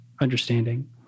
understanding